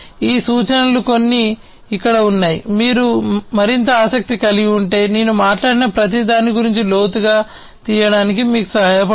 ఈ సూచనలు కొన్ని ఇక్కడ ఉన్నాయి మీరు మరింత ఆసక్తి కలిగి ఉంటే నేను మాట్లాడిన ప్రతి దాని గురించి మరింత లోతుగా తీయడానికి మీకు సహాయపడుతుంది